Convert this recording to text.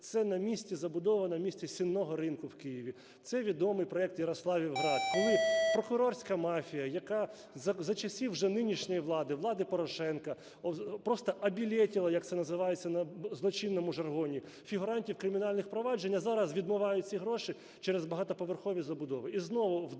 Це на місці забудова, на місці Сінного ринку в Києві. Це відомий проект "Ярославів Град", коли прокурорська мафія, яка за часів вже нинішньої влади, влади Порошенка, просто обілетила, як це називається на злочинному жаргоні, фігурантів кримінальних проваджень. А зараз відмивають ці гроші через багатоповерхові забудови. І знову в долі